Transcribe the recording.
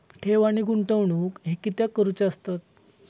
ठेव आणि गुंतवणूक हे कित्याक करुचे असतत?